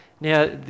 Now